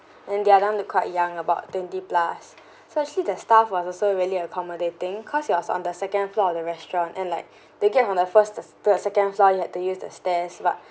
and the other one look quite young about twenty plus so actually the staff was also really accommodating cause it was on the second floor of the restaurant and like they get from the first the second floor you had to use the stairs but